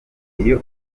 iyo